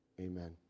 amen